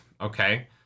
okay